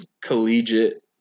collegiate